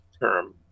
term